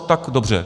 Tak dobře.